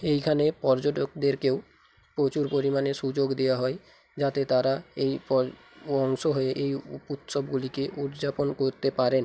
এইখানে পর্যটকদেরকেও প্রচুর পরিমাণে সুযোগ দেওয়া হয় যাতে তারা এই অংশ হয়ে উৎসবগুলিকে উদযাপন করতে পারেন